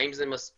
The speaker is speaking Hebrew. האם זה מספיק?